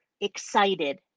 excited